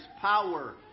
power